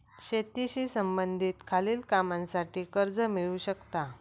शेतीशी संबंधित खालील कामांसाठी कर्ज मिळू शकता